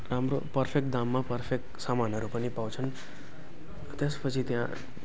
राम्रो पर्फेक्ट दाममा पर्फेक्ट सामानहरू पनि पाउँछन् त्यसपछि त्यहाँ